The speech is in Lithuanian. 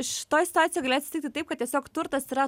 šitoj situacijoj galėjo atsitikti taip kad tiesiog turtas yra